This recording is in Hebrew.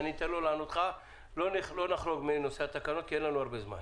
אני אתן לו לענות לך אבל לא נחרוג מנושא התקנות כי אין לנו הרבה זמן.